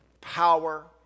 power